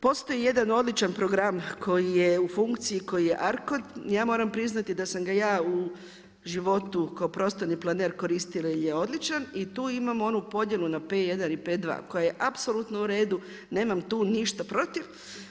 Postoji jedan odličan program koji je u funkciji koji je ARCOD, ja moram priznati da sam ga ja u životu kao prostorni planer koristila jel je odličan i tu imamo onu podjelu na P1 i P2 koja je apsolutno uredu, nemam tu ništa protiv.